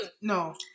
No